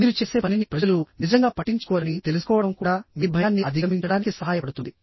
మీరు చేసే పనిని ప్రజలు నిజంగా పట్టించుకోరని తెలుసుకోవడం కూడా మీ భయాన్ని అధిగమించడానికి సహాయపడుతుంది